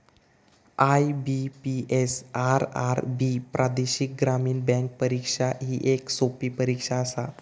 IBPS, RRB प्रादेशिक ग्रामीण bank परीक्षा ही येक सोपी परीक्षा आसा